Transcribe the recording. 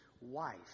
wife